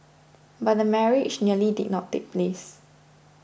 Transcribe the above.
but the marriage nearly did not take place